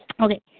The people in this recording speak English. Okay